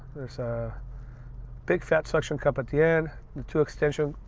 there's a big fat suction cup at the end, and two extensions.